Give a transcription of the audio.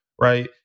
right